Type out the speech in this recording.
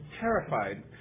terrified